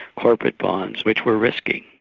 corporate bonds, which were risky.